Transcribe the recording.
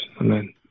Amen